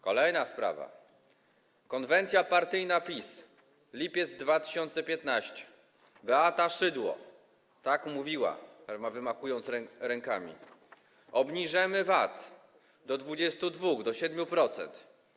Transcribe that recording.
Kolejna sprawa, konwencja partyjna PiS, lipiec 2015, Beata Szydło tak mówiła, wymachując rękami: Obniżymy VAT do 22%, do 7%.